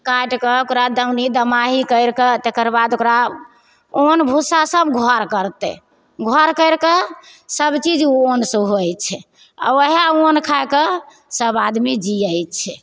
काटि कऽ ओकरा दानी दमाही करि कऽ तेकरबाद ओकरा अन्न भुस्सा सब घर करतै घर करि कऽ सबचीज ओ अन्नसँ होइत छै आ ओहए अन्न खाइकऽ सब आदमी जीयैत छै